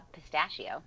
pistachio